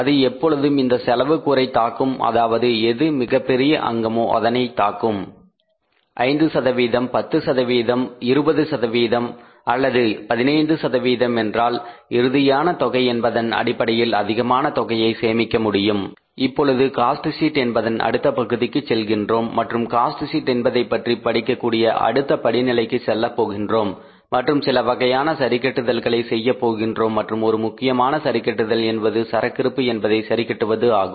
அது எப்பொழுதும் அந்த செலவு கூரை தாக்கும் அதாவது எது மிகப் பெரிய அங்கமோ அதனை தாக்கும் 5 10 அல்லது 20 அல்லது 15 சேமிக்கின்றோம் என்றால் இறுதியான தொகை என்பதன் அடிப்படையில் அதிகமான தொகையை சேமிக்க முடியும் இப்பொழுது காஸ்ட் ஷீட் என்பதன் அடுத்த பகுதிக்கு செல்கின்றோம் மற்றும் காஸ்ட் ஷீட் என்பதைப்பற்றி படிக்கக்கூடிய அடுத்த படிநிலைக்கு செல்லப் போகின்றோம் மற்றும் சில வகையான சரிகட்டுதல்களை செய்யப் போகின்றோம் மற்றும் ஒரு முக்கியமான சரிகட்டுதல் என்பது சரக்கிருப்பு என்பதை சரிக்கட்டுவது ஆகும்